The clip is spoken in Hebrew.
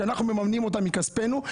שאנחנו מממנים אותם מכספנו,